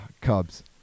Cubs